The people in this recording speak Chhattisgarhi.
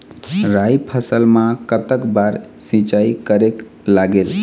राई फसल मा कतक बार सिचाई करेक लागेल?